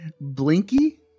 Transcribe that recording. Blinky